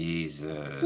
Jesus